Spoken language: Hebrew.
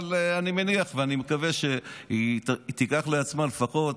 אני מניח ואני מקווה שהיא תיקח לעצמה לפחות,